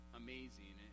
amazing